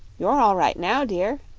you're all right now, dear,